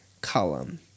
column